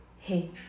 hey